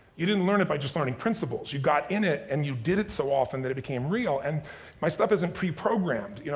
you didn't learn it by just learning principles, you got in it and you did it so often that it became real and my stuff isn't preprogrammed. you know